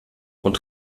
und